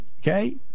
Okay